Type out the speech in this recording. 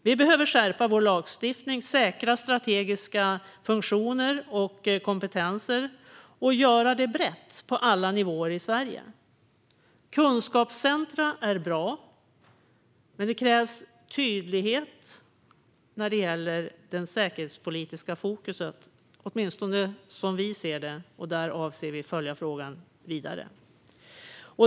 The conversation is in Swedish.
Vi behöver skärpa vår lagstiftning och säkra strategiska funktioner och kompetenser brett på alla nivåer i Sverige. Kunskapscentrum är bra, men det krävs tydlighet när det gäller det säkerhetspolitiska fokuset, åtminstone som vi ser det. Där avser vi att följa frågan vidare.